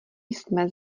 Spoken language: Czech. jsme